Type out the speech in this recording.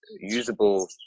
usable